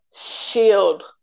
shield